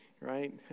right